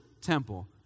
temple